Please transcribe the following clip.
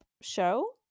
show